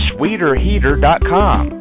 SweeterHeater.com